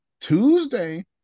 Tuesday